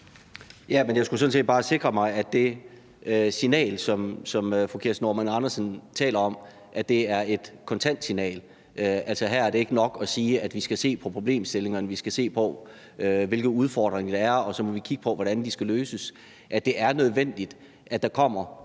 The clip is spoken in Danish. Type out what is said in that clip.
set bare sikre mig, at det signal, som fru Kirsten Normann Andersen taler om, er et kontant signal, altså at det ikke er nok at sige her, at vi skal se på problemstillingerne, at vi skal se på, hvilke udfordringer der er, og at vi så må vi kigge på, hvordan de skal løses, men at det er nødvendigt, at der kommer